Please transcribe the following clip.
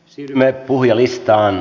siirrymme puhujalistaan